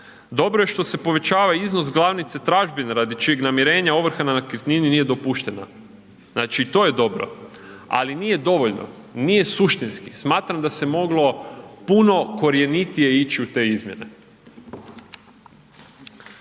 Dobro je što se povećava iznos glavnice tražbine radi čijeg namirenja ovrha na nekretnini nije dopuštena, znači i to je dobro ali nije dovoljni, nije suštinski. Smatram da se moglo puno korjenitije ići u te izmjene.